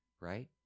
right